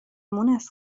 مونس